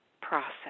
process